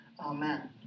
Amen